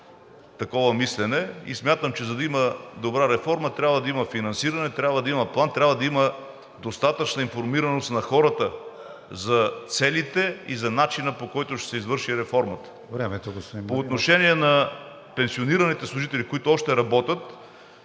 такова мислене и смятам, че за да има добра реформа, трябва да има финансиране, трябва да има план, трябва да има достатъчна информираност на хората за целите и за начина, по който ще се извърши реформата. ПРЕДСЕДАТЕЛ КРИСТИАН ВИГЕНИН: Времето, господин Маринов.